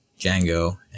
Django